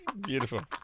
Beautiful